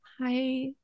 hi